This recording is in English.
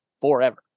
forever